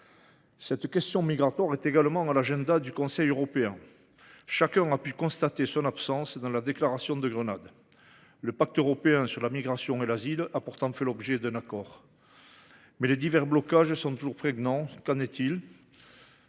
Cette question migratoire est également à l’agenda du Conseil européen. Or chacun a pu constater son absence dans la déclaration de Grenade. Le pacte européen sur la migration et l’asile a pourtant fait l’objet d’un accord, mais les divers blocages observés persistent. Qu’en est-il